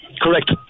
correct